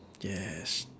yes